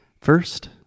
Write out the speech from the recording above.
First